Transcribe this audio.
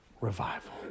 revival